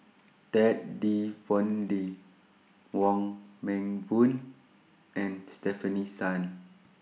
Ted De Ponti Wong Meng Voon and Stefanie Sun